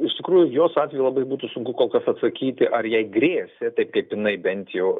iš tikrųjų jos atveju labai būtų sunku kol kas atsakyti ar jai grėsė taip kaip jinai bent jau